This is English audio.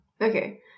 Okay